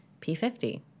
P50